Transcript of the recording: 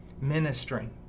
ministering